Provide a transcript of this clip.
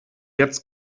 jetzt